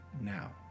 now